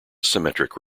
symmetric